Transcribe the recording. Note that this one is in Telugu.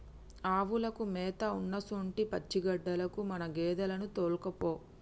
ఆవులకు మేత ఉన్నసొంటి పచ్చిగడ్డిలకు మన గేదెలను తోల్కపో